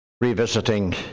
Revisiting